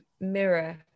mirror